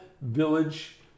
village